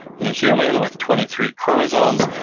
in a human with twenty three chromosomes,